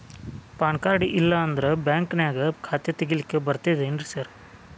PAN card ಇಲ್ಲಂದ್ರ ಬ್ಯಾಂಕಿನ್ಯಾಗ ಖಾತೆ ತೆಗೆಲಿಕ್ಕಿ ಬರ್ತಾದೇನ್ರಿ ಸಾರ್?